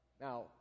Now